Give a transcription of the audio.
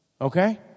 Okay